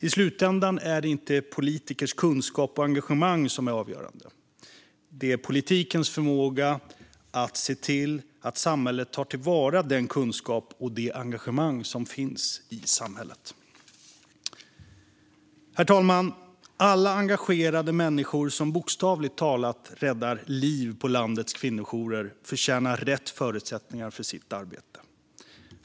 I slutändan är det inte politikers kunskap och engagemang som är avgörande utan politikens förmåga att se till att samhället tar till vara den kunskap och det engagemang som finns i samhället. Herr talman! Alla engagerade människor som bokstavligt talat räddar liv på landets kvinnojourer förtjänar rätt förutsättningar för sitt arbete.